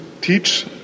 teach